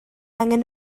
angan